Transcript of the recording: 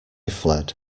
fled